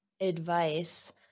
advice